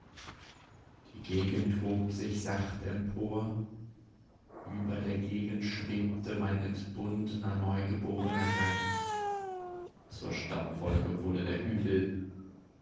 die gegend hob sich sacht empor über der gegend schwebte mein entbundner neugeborner geist zur staubwolke wurde der hügel